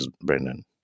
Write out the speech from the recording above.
Brendan